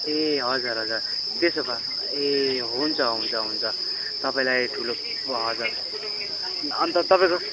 ए हजुर हजुर त्यसो भए ए हुन्छ हुन्छ हुन्छ तपाईँलाई ठुलो हजुर अन्त तपाईँको